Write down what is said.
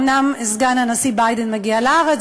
אומנם סגן הנשיא ביידן מגיע לארץ,